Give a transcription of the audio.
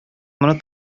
моны